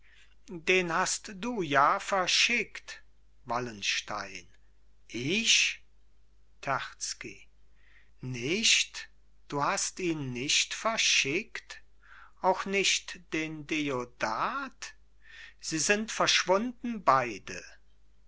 den hast du ja verschickt wallenstein ich terzky nicht du hast ihn nicht verschickt auch nicht den deodat sie sind verschwunden beide